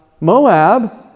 Moab